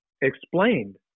explained